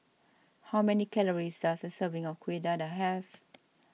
how many calories does a serving of Kueh Dadar have